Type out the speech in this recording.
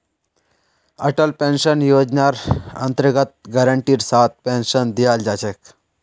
Atal pension योजनार अन्तर्गत गारंटीर साथ पेन्शन दीयाल जा छेक